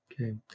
Okay